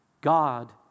God